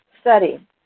study